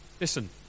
Listen